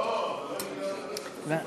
לוועדת